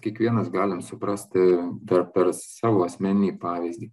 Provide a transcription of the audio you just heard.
kiekvienas galim suprasti dar per savo asmeninį pavyzdį